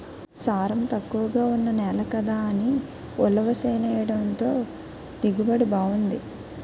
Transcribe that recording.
సారం తక్కువగా ఉన్న నేల కదా అని ఉలవ చేనెయ్యడంతో దిగుబడి బావుంది